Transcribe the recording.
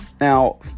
Now